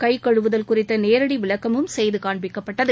கை கழுவுதல் குறித்த நேரடி விளக்கமும் செய்து காண்பிக்கப்பட்டது